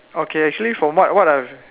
okay actually from what what I